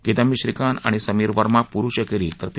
किंदबी श्रीकांत आणि समीर वर्मा पुरुष एक्टींत तर पी